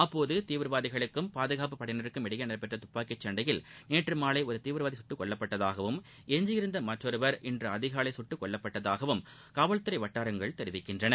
அப்போது தீவிரவாதிகளுக்கும் பாதுகாப்பு படையினருக்கும் இடையே நடைபெற்ற தப்பாக்கி சண்டையில் நேற்று மாலை ஒரு தீவிரவாதி சுட்டுக்கொல்லப் பட்டதாகவும் எஞ்சியிருந்த மற்றொருவர் இன்று அதிகாலை சுட்டுக்கொல்லப் பட்டதாகவும் காவல்துறை வட்டாரங்கள் தெரிவிக்கின்றன